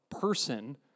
person